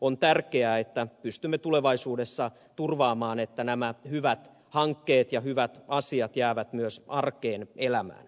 on tärkeää että pystymme tulevaisuudessa turvaamaan että nämä hyvät hankkeet ja hyvät asiat jäävät myös arkeen elämään